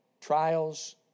trials